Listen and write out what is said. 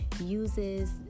uses